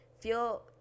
feel